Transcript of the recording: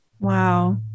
Wow